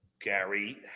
Gary